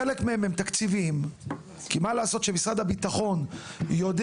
חלק מהם הם תקציביים; משרד הביטחון יודע